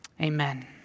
Amen